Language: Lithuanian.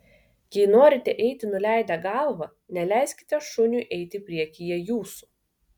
jei norite eiti nuleidę galvą neleiskite šuniui eiti priekyje jūsų